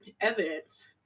evidence